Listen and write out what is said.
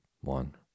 One